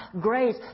grace